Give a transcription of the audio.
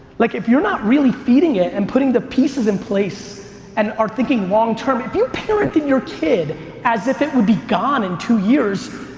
like if you're not really feeding it and putting the pieces in place, and aren't thinking long term. if you're parenting your kid as if it would be gone in two years,